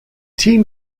team